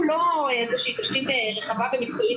ומה הם עשו בשניים שלושה שיעורי זום שהיו להם?